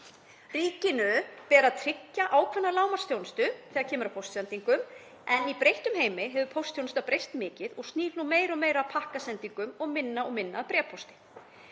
Ríkinu ber að tryggja ákveðna lágmarksþjónustu þegar kemur að póstsendingum en í breyttum heimi hefur póstþjónusta breyst mikið og snýr nú meira og meira að pakkasendingum og minna að bréfapósti.